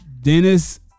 Dennis